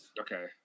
Okay